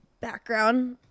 background